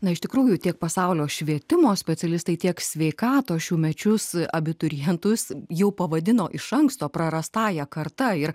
na iš tikrųjų tiek pasaulio švietimo specialistai tiek sveikatos šiųmečius abiturientus jau pavadino iš anksto prarastąja karta ir